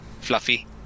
fluffy